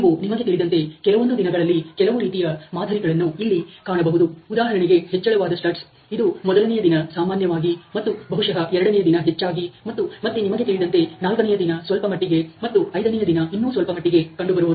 ನೀವು ನಿಮಗೆ ತಿಳಿದಂತೆ ಕೆಲವೊಂದು ದಿನಗಳಲ್ಲಿ ಕೆಲವು ರೀತಿಯ ಮಾದರಿಗಳನ್ನು ಇಲ್ಲಿ ಕಾಣಬಹುದು ಉದಾಹರಣೆಗೆ ಹೆಚ್ಚಳವಾದ ಸ್ಟಡ್ಸ್ ಇದು ಮೊದಲನೆಯ ದಿನ ಸಾಮಾನ್ಯವಾಗಿ ಮತ್ತು ಬಹುಶಃ ಎರಡನೆಯ ದಿನ ಹೆಚ್ಚಾಗಿ ಮತ್ತು ಮತ್ತೆ ನಿಮಗೆ ತಿಳಿದಂತೆ ನಾಲ್ಕನೆಯ ದಿನ ಸ್ವಲ್ಪಮಟ್ಟಿಗೆ ಮತ್ತು ಐದನೆಯ ದಿನ ಇನ್ನೂ ಸ್ವಲ್ಪಮಟ್ಟಿಗೆ ಕಂಡುಬರುವುದು